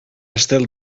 estel